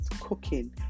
cooking